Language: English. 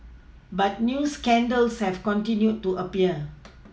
but new scandals have continued to appear